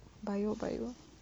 bio bio